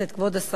כבוד השר,